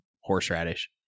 horseradish